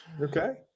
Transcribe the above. Okay